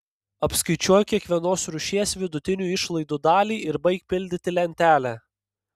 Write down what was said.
apskaičiuok kiekvienos rūšies vidutinių išlaidų dalį ir baik pildyti lentelę